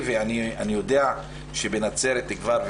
אני אגע בכמה דגשים על נקודות שכבר הוזכרו,